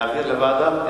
להעביר לוועדה?